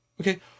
Okay